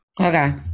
Okay